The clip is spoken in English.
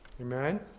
Amen